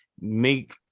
make